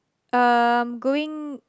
um going